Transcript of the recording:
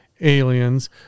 Aliens